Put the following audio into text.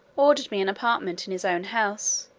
ordered me an apartment in his own house,